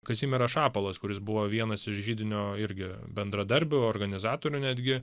kazimieras šapalas kuris buvo vienas iš židinio irgi bendradarbių organizatorių netgi